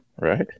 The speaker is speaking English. right